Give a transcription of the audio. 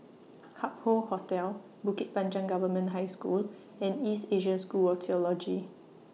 Hup Hoe Hotel Bukit Panjang Government High School and East Asia School of Theology